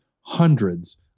hundreds